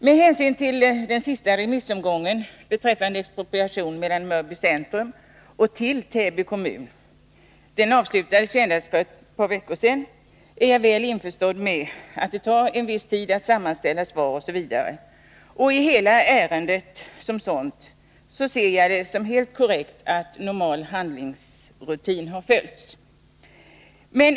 Med hänsyn till den sista remissomgången beträffande expropriation mellan Mörby centrum och till Täby kommun — den avslutades ju för endast två veckor sedan — är jag väl införstådd med att det tar en viss tid att sammanställa svar osv. När det gäller hela det här ärendet tycker jag det är helt korrekt att man har följt normal handläggningsrutin.